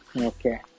Okay